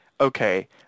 okay